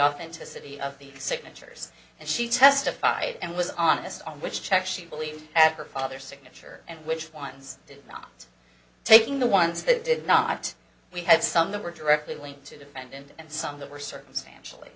to city of the signatures and she testified and was honest on which check she believed at her father's signature and which ones did not taking the ones that did not we had some that were directly linked to defendant and some that were circumstantially